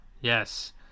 yes